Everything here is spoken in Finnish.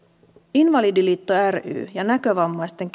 invalidiliitto ry ja näkövammaisten